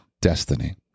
destiny